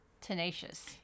tenacious